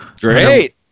Great